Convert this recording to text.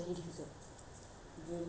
really very difficult to control